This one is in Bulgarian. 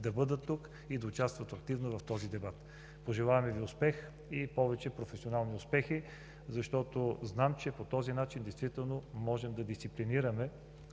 да бъдат тук и да участват активно в този дебат. Пожелаваме Ви успех и повече професионални успехи, защото знам, че по този начин можем да дисциплинираме